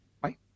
Bye